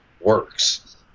works